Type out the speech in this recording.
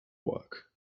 work